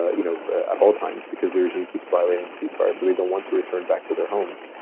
ah you know, at all times because the regime keeps violating the cease fire. so they don't want to return back to their homes.